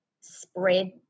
spread